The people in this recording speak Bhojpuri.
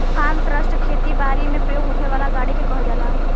फार्म ट्रक खेती बारी में प्रयोग होखे वाला गाड़ी के कहल जाला